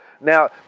now